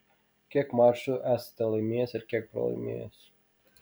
kiek mačų esate laimėjęs ir kiek pralaimėjęs